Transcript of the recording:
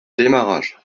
démarrage